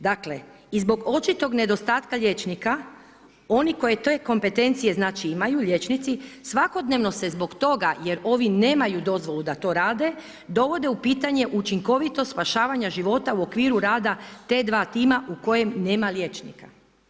Dakle, i zbog očitog nedostatka liječnika oni koje te kompetencije znači imaju liječnici, svakodnevnog se zbog toga jer ovi nemaju dozvolu da to rade, dovode u pitanje učinkovito spašavanja života u okviru rada T2 tima u kojem nema liječnika.